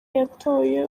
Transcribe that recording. yatoye